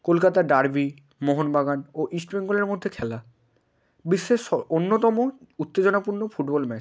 কলকাতার ডার্বি মোহনবাগান ও ইস্টবেঙ্গলের মধ্যে খেলা বিশ্বের অন্যতম উত্তেজনাপূর্ণ ফুটবল ম্যাচ